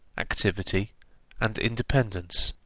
activity and independence.